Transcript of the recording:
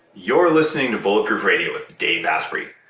you're listening to bulletproof radio with dave asprey.